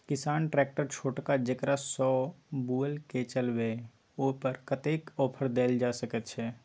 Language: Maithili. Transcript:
किसान ट्रैक्टर छोटका जेकरा सौ बुईल के चलबे इ ओय पर कतेक ऑफर दैल जा सकेत छै?